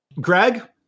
Greg